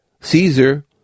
Caesar